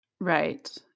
Right